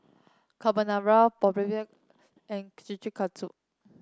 Carbonara Boribap and Kushikatsu